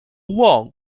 won